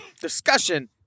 discussion